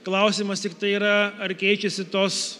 klausimas tiktai yra ar keičiasi tos